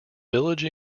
village